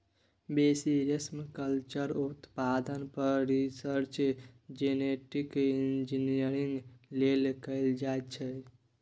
बेसी रेशमकल्चर उत्पादन पर रिसर्च जेनेटिक इंजीनियरिंग लेल कएल जाइत छै